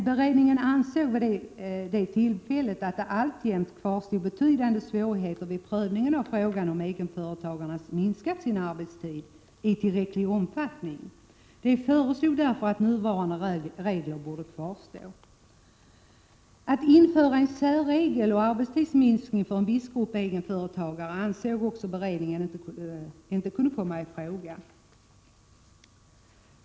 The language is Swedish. Beredningen ansåg dock vid det tillfället att det alltjämt kvarstod betydande svårigheter vid prövningen av frågan om egenföretagarna har minskat sin arbetstid i tillräcklig omfattning. Den föreslog därför att nuvarande regel borde kvarstå. Att införa en särregel och en arbetstidsminskning för en viss grupp egenföretagare ansåg beredningen inte kunde komma i fråga.